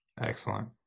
Excellent